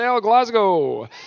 Glasgow